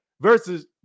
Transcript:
versus